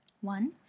One